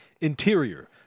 Interior